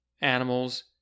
animals